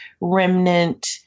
remnant